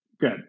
Good